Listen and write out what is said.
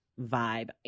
vibe